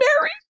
married